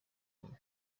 nyina